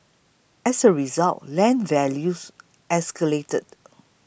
as a result land values escalated